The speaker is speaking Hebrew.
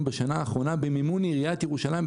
בשנה האחרונה במימון עיריית ירושלים,